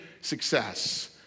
success